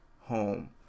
home